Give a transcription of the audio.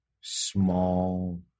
small